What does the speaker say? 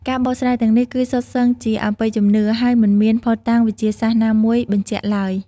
ការបកស្រាយទាំងនេះគឺសុទ្ធសឹងជាអបិយជំនឿ ហើយមិនមានភស្តុតាងវិទ្យាសាស្ត្រណាមួយបញ្ជាក់ឡើយ។